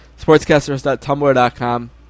sportscasters.tumblr.com